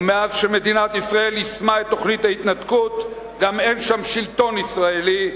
ומאז יישמה מדינת ישראל את תוכנית ההתנתקות גם אין שם שלטון ישראלי,